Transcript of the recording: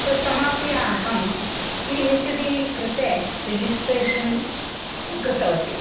तत् समाप्य अहं पी हेच् डी कृते रजिस्ट्रेशन् कृतवती